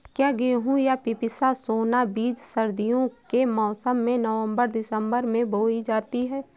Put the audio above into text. क्या गेहूँ या पिसिया सोना बीज सर्दियों के मौसम में नवम्बर दिसम्बर में बोई जाती है?